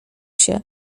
się